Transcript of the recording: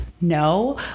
no